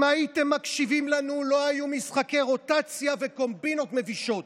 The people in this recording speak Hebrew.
אם הייתם מקשיבים לנו לא היו משחקי רוטציה וקומבינות מבישות.